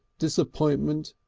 disappointment,